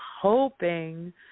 hoping